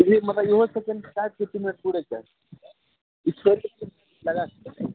मतलब